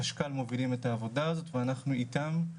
חשכ"ל מובילים את העבודה הזאת ואנחנו איתם.